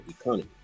economy